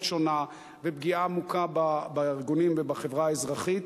שונה ופגיעה עמוקה בארגונים ובחברה האזרחית,